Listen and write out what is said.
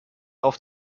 auf